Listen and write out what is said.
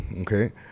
Okay